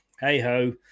hey-ho